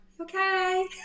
okay